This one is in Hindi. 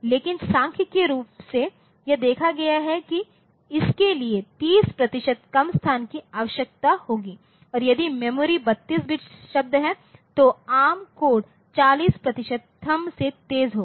लेकिन सांख्यिकीय रूप से यह देखा गया है कि इसके लिए 30 प्रतिशत कम स्थान की आवश्यकता होती है और यदि मेमोरी32 बिट शब्द है तो एआरएम कोड 40 प्रतिशत थंब से तेज होगा